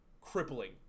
crippling